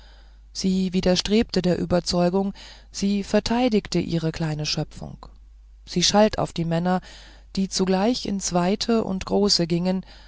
sie widerstrebte der überzeugung sie verteidigte ihre kleine schöpfung sie schalt auf die männer die gleich ins weite und große gingen